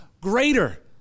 greater